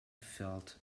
felt